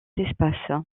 espace